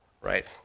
Right